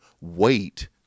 wait